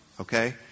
Okay